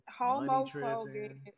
Homophobic